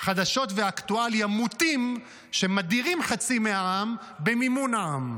חדשות ואקטואליה מוטים שמדירים חצי מהעם במימון העם.